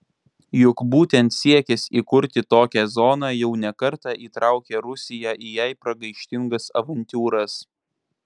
juk būtent siekis įkurti tokią zoną jau ne kartą įtraukė rusiją į jai pragaištingas avantiūras